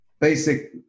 basic